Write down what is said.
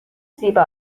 زیبا